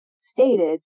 stated